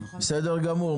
בסדר גמור.